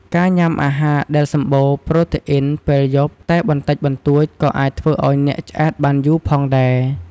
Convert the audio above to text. ការញ៉ាំអាហារដែលសម្បូរប្រតេអ៊ីនពេលយប់តែបន្តិចបន្តួចក៏អាចធ្វើឲ្យអ្នកឆ្អែតបានយូរផងដែរ។